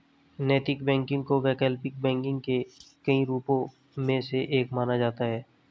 नैतिक बैंकिंग को वैकल्पिक बैंकिंग के कई रूपों में से एक माना जाता है